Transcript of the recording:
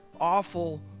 awful